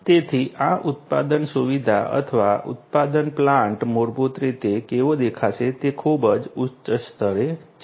તેથી આ ઉત્પાદન સુવિધા અથવા ઉત્પાદન પ્લાન્ટ મૂળભૂત રીતે કેવો દેખાશે તે ખૂબ જ ઉચ્ચ સ્તરે છે